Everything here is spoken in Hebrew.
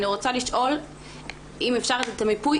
אני רוצה לשאול אם אפשר את המיפוי,